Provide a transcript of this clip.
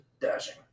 Dashing